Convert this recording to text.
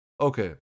Okay